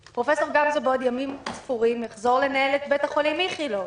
פרופ' גמזו בעוד ימים ספורים יחזור לנהל את בית החולים איכילוב.